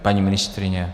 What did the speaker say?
Paní ministryně?